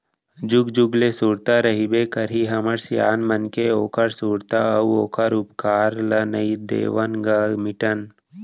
जुग जुग ले सुरता रहिबे करही हमर सियान मन के ओखर सुरता अउ ओखर उपकार ल नइ देवन ग मिटन